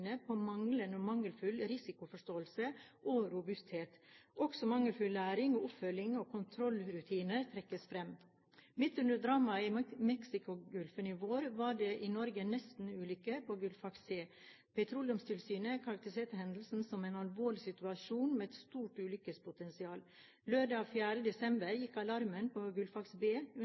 Petroleumstilsynet på manglende eller mangelfull risikoforståelse og robusthet. Også mangelfull læring og oppfølging av kontrollrutiner trekkes fram. Midt under dramaet i Mexicogolfen i vår var det i Norge en nestenulykke på Gullfaks C. Petroleumstilsynet karakteriserte hendelsen som en alvorlig situasjon med et stort ulykkespotensial. Lørdag 4. desember gikk alarmen på Gullfaks B